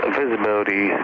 visibility